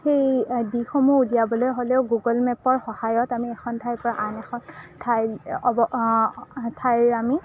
সেই দিশসমূহ উলিয়াবলৈ হ'লেও গগুল মেপৰ সহায়ত আমি এখন ঠাইৰপৰা আন এখন ঠাই ঠাইৰ আমি